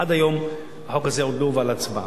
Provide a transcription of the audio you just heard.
עד היום החוק הזה עוד לא הובא להצבעה.